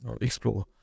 explore